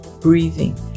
breathing